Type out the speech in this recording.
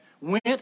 went